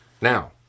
Now